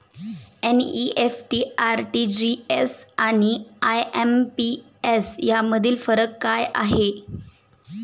NEFT, RTGS आणि IMPS यामधील फरक काय आहे?